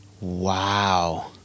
Wow